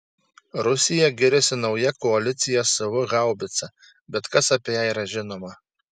rusija giriasi nauja koalicija sv haubica bet kas apie ją yra žinoma